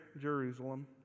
Jerusalem